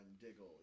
Diggle